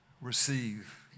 Receive